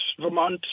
Vermont